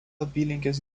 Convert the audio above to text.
apylinkės